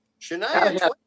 Shania